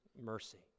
mercy